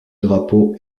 drapeau